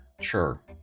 Sure